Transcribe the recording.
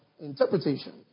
interpretation